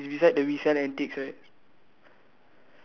on the ground okay for me is the same it's beside the beside the antiques right